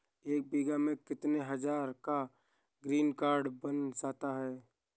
एक बीघा में कितनी हज़ार का ग्रीनकार्ड बन जाता है?